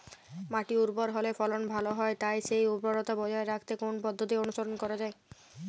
মাটি উর্বর হলে ফলন ভালো হয় তাই সেই উর্বরতা বজায় রাখতে কোন পদ্ধতি অনুসরণ করা যায়?